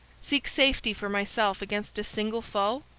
seek safety for myself against a single foe?